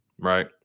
right